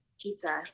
pizza